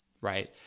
right